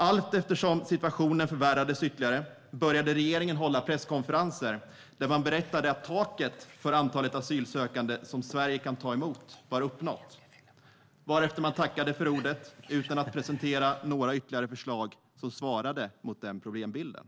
Allteftersom situationen förvärrades ytterligare höll regeringen presskonferenser där man berättade att taket för antalet asylsökande som Sverige kan ta emot var nått, varefter man tackade för ordet utan att presentera några ytterligare förslag som svarade mot den problembilden.